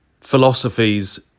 philosophies